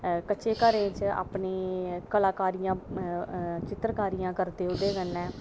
अपने कच्चे घर अपनियां कलाकारियां चित्रकारियां करदे एह्दे कन्नै